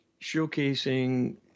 showcasing